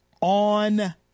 on